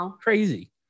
crazy